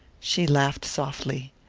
she laughed softly.